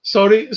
Sorry